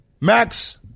Max